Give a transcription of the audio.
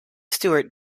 stewart